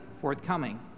forthcoming